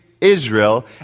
Israel